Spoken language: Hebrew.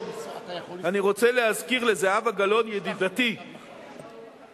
אני רוצה להזכיר לזהבה גלאון ידידתי היקרה,